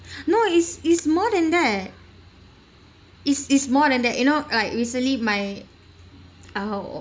no is is more than that is is more than that you know like recently my oh